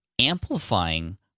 amplifying